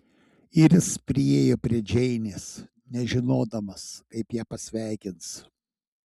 ir jis priėjo prie džeinės nežinodamas kaip ją pasveikins